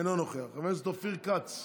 אינו נוכח, חבר הכנסת אופיר כץ,